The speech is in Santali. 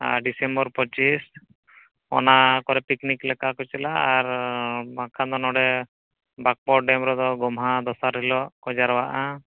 ᱰᱮᱥᱮᱢᱵᱚᱨ ᱯᱚᱪᱤᱥ ᱚᱱᱟ ᱠᱚᱨᱮ ᱯᱤᱠᱱᱤᱠ ᱞᱮᱠᱟᱠᱚ ᱪᱟᱞᱟᱜᱼᱟ ᱟᱨ ᱵᱟᱝᱠᱷᱟᱱᱫᱚ ᱱᱚᱰᱮ ᱰᱮᱢᱨᱮᱫᱚ ᱜᱚᱢᱦᱟ ᱫᱚᱥᱟᱨ ᱦᱤᱞᱳᱜᱠᱚ ᱡᱟᱨᱣᱟᱜᱼᱟ